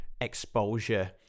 exposure